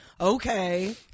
okay